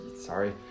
sorry